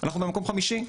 אנחנו במקום חמישי.